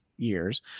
years